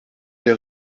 der